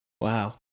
Wow